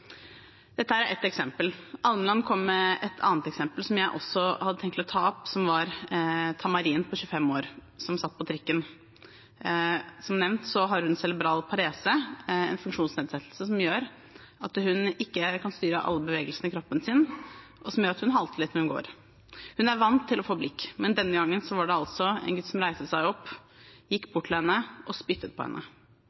Dette er ett eksempel. Representanten Almeland kom med et annet eksempel, som jeg også hadde tenkt å ta opp, som handlet om Tamarin på 25 år som satt på trikken. Som nevnt har hun cerebral parese, en funksjonsnedsettelse som gjør at hun ikke kan styre alle bevegelsene i kroppen sin, og som gjør at hun halter litt når hun går. Hun er vant til å få blikk, men denne gangen var det altså en gutt som reiste seg opp, gikk